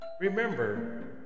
Remember